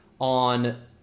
on